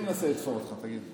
מי מנסה לתפור אותך, תגיד לי.